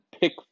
pick